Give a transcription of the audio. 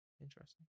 Interesting